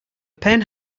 pen